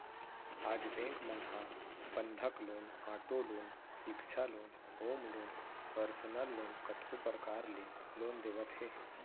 आज बेंक मन ह बंधक लोन, आटो लोन, सिक्छा loan, home loan, personal loan कतको परकार ले लोन देवत हे